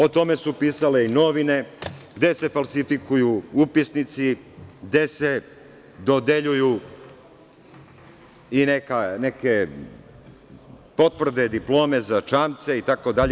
O tome su pisale i novine, gde se falsifikuju upisnici, gde se dodeljuju i neke potvrde, diplome za čamce itd.